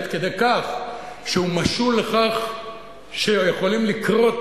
עד כדי כך שהוא משול לכך שיכולים לכרות